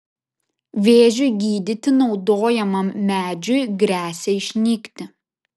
vėžiui gydyti naudojamam medžiui gresia išnykti